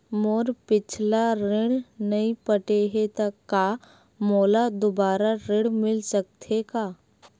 मोर पिछला ऋण नइ पटे हे त का मोला दुबारा ऋण मिल सकथे का?